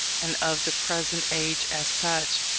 and of the present age as such,